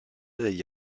degli